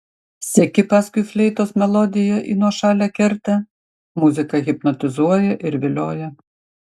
seki paskui fleitos melodiją į nuošalią kertę muzika hipnotizuoja ir vilioja